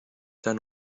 dann